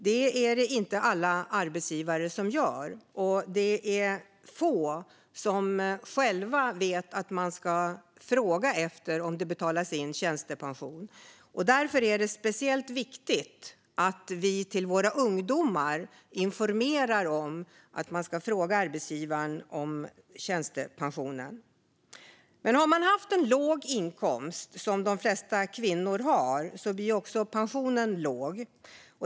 Det är det inte alla arbetsgivare som gör, och det är få som vet att man ska fråga om det betalas in till tjänstepension. Därför är det speciellt viktigt att vi informerar våra ungdomar om att man ska fråga arbetsgivaren om tjänstepensionen. Om man har haft en låg inkomst, som de flesta kvinnor har, blir också pensionen låg.